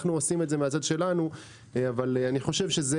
אנו עושים את זה מהצד שלנו אבל אני חושב שזה